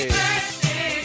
birthday